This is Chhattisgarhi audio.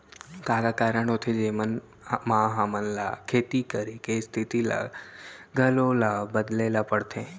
का का कारण होथे जेमन मा हमन ला खेती करे के स्तिथि ला घलो ला बदले ला पड़थे?